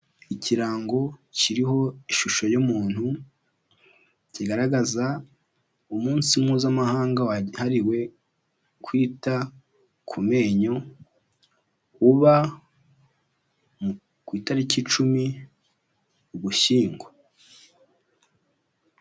Ikirango kiriho ishusho y'umuntu, kigaragaza umunsi Mpuzamahanga wahariwe kwita ku menyo, uba ku itariki icumi ugushyingo.